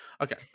okay